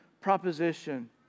proposition